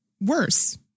worse